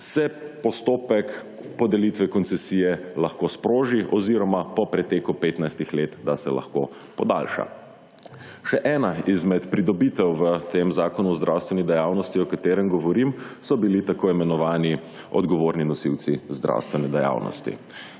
se postopek podelitve koncesije lahko sproži oziroma po preteku 15 let, da se lahko podaljša. Še ena izmed pridobitev v tem Zakonu o zdravstveni dejavnosti, o katerem govorim, so bili t. i. odgovorni nosilci zdravstvene dejavnosti.